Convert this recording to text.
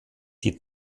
die